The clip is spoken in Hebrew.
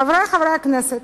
חברי חברי הכנסת,